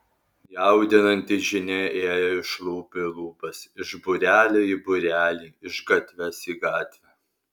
jaudinanti žinia ėjo iš lūpų į lūpas iš būrelio į būrelį iš gatvės į gatvę